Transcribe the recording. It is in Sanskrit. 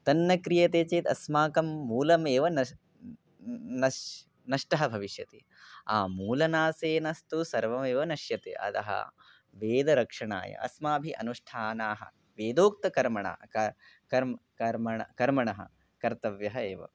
तन्न क्रियते चेत् अस्माकं मूलम् एव नष्टं नष्टं नष्टं भविष्यति आम् मूलनाशेन तु सर्वमेव नश्यति अतः वेदरक्षणाय अस्माभिः अनुष्ठानाः वेदोक्तकर्मणा क कर्माः कर्माः कर्माः कर्तव्याः एव